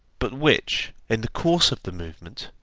but which, in the course of the movement,